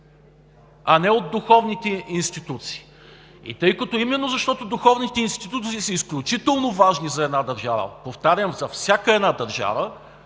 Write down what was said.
а не от духовните институции, именно защото духовните институции са изключително важни за една държава, повтарям – за всяка една държава,